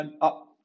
up